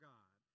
God